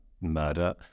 murder